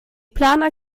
planer